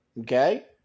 Okay